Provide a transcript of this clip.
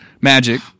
magic